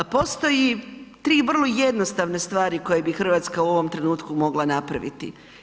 Postoji 3 vrlo jednostavne stvari koje bi Hrvatska u ovome trenutku mogla napraviti.